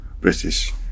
British